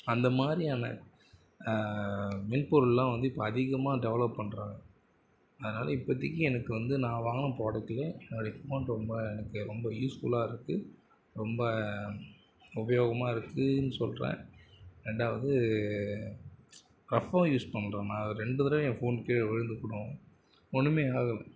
அந்த மாதிரியான மென்பொருளெலாம் வந்து இப்போ அதிகமாக டெவலப் பண்ணுறாங்க அதனால் இப்போதிக்கி எனக்கு வந்து நான் வாங்கின ப்ராடக்ட்டிலே என்னுடைய ஃபோன் ரொம்ப எனக்கு ரொம்ப யூஸ்ஃபுல்லாக இருக்குது ரொம்ப உபயோகமாக இருக்குதுனு சொல்கிறேன் ரெண்டாவது ரஃப்பாக யூஸ் பண்ணுறோம் நான் வந்து ரெண்டு தடவை என் ஃபோனு கீழே விழுந்துகூட ஒன்றுமே ஆகலை